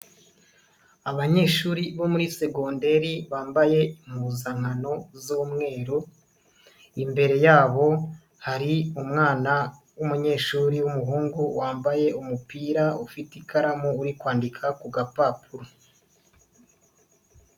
Abanyeshuri bo muri segonderi bambaye impuzankano z'umweru, imbere yabo hari umwana w'umunyeshuri w'umuhungu wambaye umupira ufite ikaramu uri kwandika ku gapapuro.